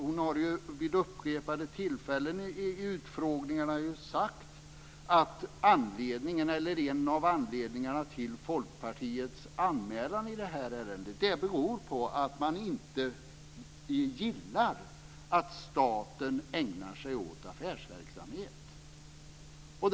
Hon har ju vid upprepade tillfällen i utfrågningarna sagt att en av anledningarna till Folkpartiets anmälan i det här ärendet är att man inte gillar att staten ägnar sig åt affärsverksamhet.